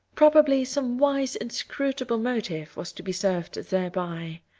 probably some wise, inscrutable motive was to be served thereby.